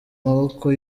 maboko